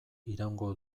iraungo